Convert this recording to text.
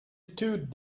stood